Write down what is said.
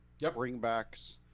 bringbacks